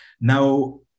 Now